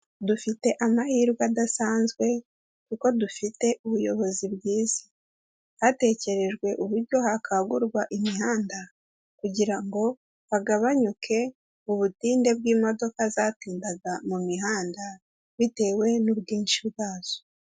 Dufite amahirwe adasanzwe, kuko dufite ubuyobozi bwiza. Hatekerejwe uburyo hakwangurwa imihanda, kugira ngo hagabanyuke ubutinde bw'imodoka zatindaga mu mihanda, bitewe n'ubwinshi bwazo.